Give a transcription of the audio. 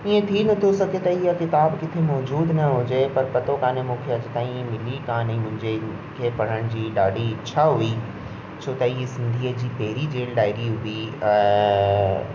ईअं थी नथो सघे त इहा किताब किथे मौजूदु न हुजे पर पतो काने मूंखे अॼु ताईं मिली काने मुंहिंजे मूंखे पढ़ण जी ॾाढी इच्छा हुई छो त ई सिंधीअ जी पहिरीं जेल डायरी हुई ऐं